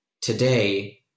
today